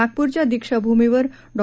नागपूरच्या दीक्षाभूमीवर डॉ